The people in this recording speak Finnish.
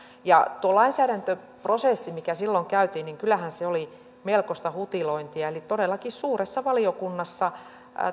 kyllähän tuo lainsäädäntöprosessi mikä silloin käytiin oli melkoista hutilointia eli todellakin suuressa valiokunnassa